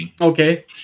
Okay